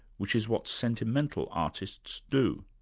which is what sentimental artists do.